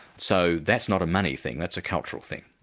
so that's not a money thing, that's a cultural thing.